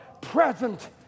present